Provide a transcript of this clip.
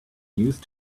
used